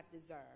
deserve